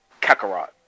Kakarot